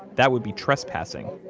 that would be trespassing.